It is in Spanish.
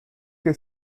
que